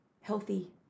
healthy